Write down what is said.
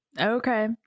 Okay